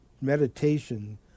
meditation